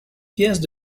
pièces